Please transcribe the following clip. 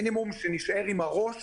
כדי שנישאר עם הראש